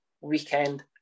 weekend